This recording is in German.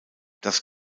das